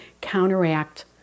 counteract